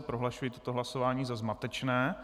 Prohlašuji toto hlasování za zmatečné.